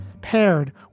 paired